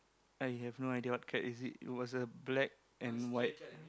I have no idea what cat is it it was a black and white